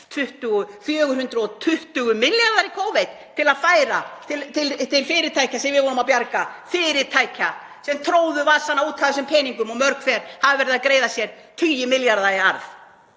420 milljarðar í Covid til að færa til fyrirtækja sem við vorum að bjarga, fyrirtækja sem tróðu vasana út af þessum peningum og mörg hver hafa verið að greiða sér tugi milljarða í arð.